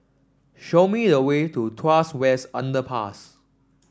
show me the way to Tuas West Underpass